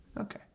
Okay